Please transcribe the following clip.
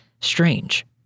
strange